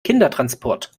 kindertransport